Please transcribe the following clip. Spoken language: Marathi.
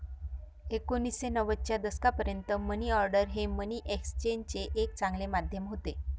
एकोणीसशे नव्वदच्या दशकापर्यंत मनी ऑर्डर हे मनी एक्सचेंजचे एक चांगले माध्यम होते